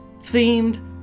themed